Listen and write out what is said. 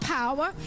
power